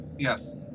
yes